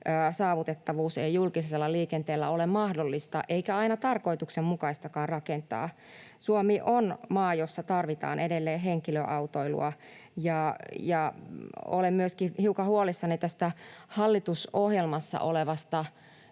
saavutettavuutta ei julkisella liikenteellä ole mahdollista eikä aina tarkoituksenmukaistakaan rakentaa. Suomi on maa, jossa tarvitaan edelleen henkilöautoilua. Olen myöskin hiukan huolissani tästä hallitusohjelmassa olevasta